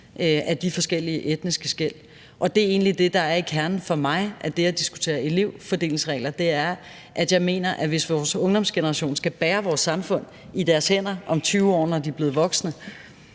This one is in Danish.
af de forskellige etniske skel. Det er egentlig det, der er kernen for mig, når man skal diskutere elevfordelingsregler. Jeg mener, at hvis vores ungdomsgeneration skal bære vores samfund i deres hænder om 20 år, når de er blevet voksne,